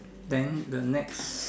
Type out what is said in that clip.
then the next